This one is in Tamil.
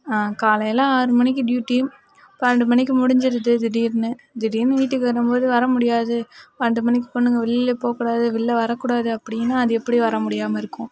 காலையில் ஆறு மணிக்கு டியூட்டி பன்னெண்டு மணிக்கு முடிஞ்சிடுது திடீர்னு வீட்டுக்கு வரும்போது வர முடியாது பன்னெண்டு மணிக்கு பொண்ணுங்க வெளியில் போக கூடாது உள்ள வரக்கூடாது அப்படினா அது எப்படி வர முடியாமல் இருக்கும்